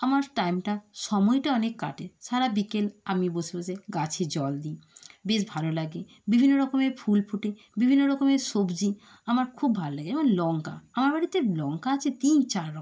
আমার টাইমটা সময়টা অনেক কাটে সারা বিকেল আমি বসে বসে গাছে জল দিই বেশ ভালো লাগে বিভিন্ন রকমের ফুল ফোটে বিভিন্ন রকমের সবজি আমার খুব ভালো লাগে এবং লঙ্কা আমার বাড়িতে লঙ্কা আছে তিন চার রকমের